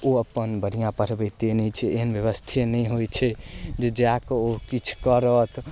ओ अपन बढ़िआँ पढ़ाबिते नहि छै एहन व्यवस्थे नहि होइ छै जे जा कऽ ओ किछु करत